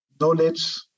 knowledge